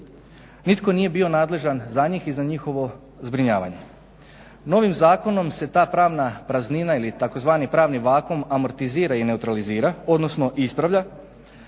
nitko nije bio nadležan za njih i za njihovo zbrinjavanje. Novim zakonom se ta pravna praznina ili tzv. pravni vakuum amortizira i neutralizira, odnosno ispravlja.